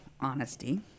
honesty